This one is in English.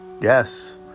Yes